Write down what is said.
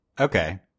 Okay